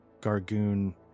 Gargoon